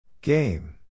Game